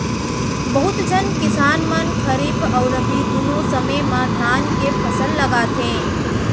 बहुत झन किसान मन खरीफ अउ रबी दुनों समे म धान के फसल लगाथें